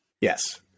Yes